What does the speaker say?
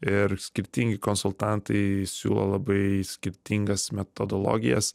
ir skirtingi konsultantai siūlo labai skirtingas metodologijas